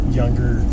younger